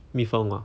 蜜蜂啊